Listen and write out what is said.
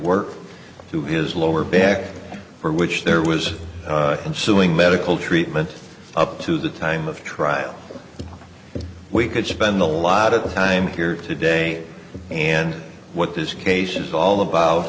work through his lower back for which there was and suing medical treatment up to the time of trial we could spend a lot of time here today and what this case is all about